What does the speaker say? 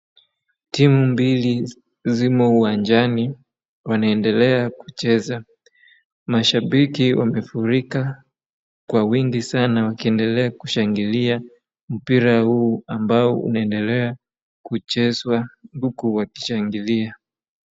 Timu mbili zimo uwanjani wanaendelea kucheza. Mashabiki wamefurika kwa wingi sana wakiendelea kushangilia mpira huu ambao unaendelea kuchezwa huku wakishangilia.